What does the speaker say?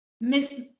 Miss